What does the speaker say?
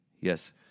Yes